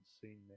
seen